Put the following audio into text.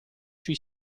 sui